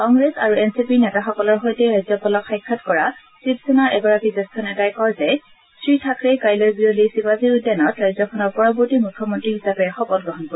কংগ্ৰেছ আৰু N C পিৰ নেতাসকলৰ সৈতে ৰাজ্যপালক সাক্ষাৎ কৰা শিৱসেনাৰ এগৰাকী জ্যেষ্ঠ নেতাই কয় যে শ্ৰী থাকৰেই কাইলৈ বিয়লি শিৱাজী উদ্যানত ৰাজ্যখনৰ পৰৱৰ্তী মুখ্যমন্তী হিচাপে শপত গ্ৰহণ কৰিব